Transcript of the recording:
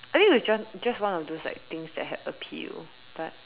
I mean it's just just one of those things that had appeal but